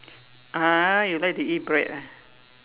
(uh huh) you like to eat bread ah